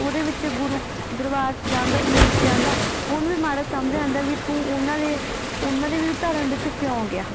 ਉਹਦੇ ਵਿੱਚ ਗੁਰੂ ਦਰਬਾਰ 'ਚ ਜਾਂਦਾ ਇਹਦੇ 'ਚ ਜਾਂਦਾ ਉਹਨੂੰ ਵੀ ਮਾੜਾ ਸਮਝਿਆ ਜਾਂਦਾ ਵੀ ਤੂੰ ਉਹਨਾਂ ਦੇ ਉਹਨਾਂ ਦੇ ਵੀ ਧਰਮ ਵਿੱਚ ਕਿਉਂ ਗਿਆ